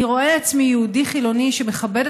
אני רואה בעצמי יהודי חילוני שמכבד את